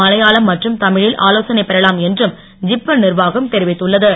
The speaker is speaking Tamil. மலையாளம் மற்றும் தமிழில் ஆலோசனை பெறலாம் என்றும் ஜிப்மர் நிர்வாகம் தெரிவித்துள்ள து